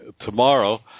tomorrow